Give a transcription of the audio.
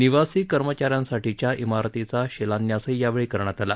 निवासी कर्मचाऱ्यांसाठीच्या इमारतीचा शिलान्यासही यावेळी करण्यात आला